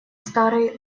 старый